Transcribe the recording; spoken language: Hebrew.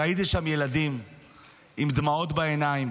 ראיתי שם ילדים עם דמעות בעיניים,